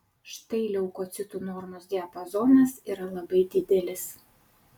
štai leukocitų normos diapazonas yra labai didelis